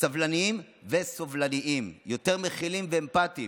סבלניים וסובלניים, יותר מכילים ואמפתיים,